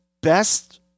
best